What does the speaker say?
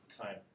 time